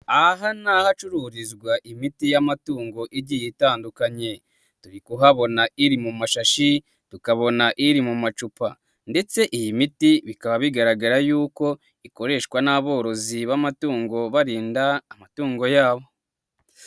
Aha n'i hacururizwa imiti y'amatungo igiye itandukanye, turi kuhabona iri mu mashashi, tukabona iri mu macupa ndetse iyi miti bikaba bigaragara yuko ikoreshwa n'aborozi b'amatungo, barinda amatungo yabo.